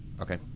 Okay